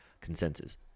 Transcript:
consensus